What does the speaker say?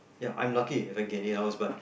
ya I am lucky If I get eight hours but